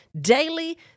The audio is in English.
daily